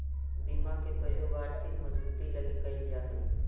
बीमा के प्रयोग आर्थिक मजबूती लगी कैल जा हई